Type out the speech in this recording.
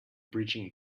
breaching